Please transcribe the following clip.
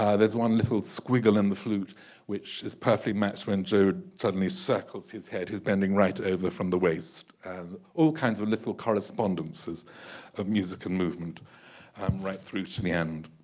there's one little squiggle in the flute which is perfectly matched when joe suddenly circles his head he's bending right over from the waist and all kinds of little correspondences of music and movement um right through to the end.